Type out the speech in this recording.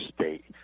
state